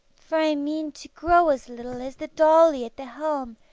for i mean to grow as little as the dolly at the helm,